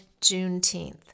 Juneteenth